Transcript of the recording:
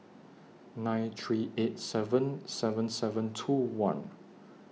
nine three eight seven seven seven two one